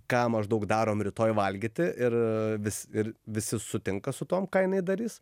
ką maždaug darom rytoj valgyti ir vis ir visi sutinka su tuom ką jinai darys